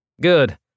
Good